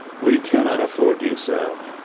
we cannot afford you so.